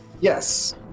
Yes